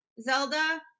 Zelda